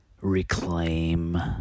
reclaim